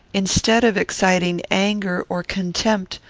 instead of exciting anger or contempt,